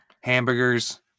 Hamburgers